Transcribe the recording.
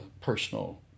personal